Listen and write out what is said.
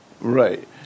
Right